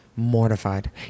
Mortified